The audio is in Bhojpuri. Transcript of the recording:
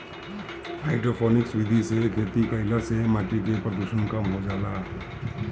हाइड्रोपोनिक्स विधि से खेती कईला पे माटी के प्रदूषण कम हो जाला